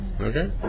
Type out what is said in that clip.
Okay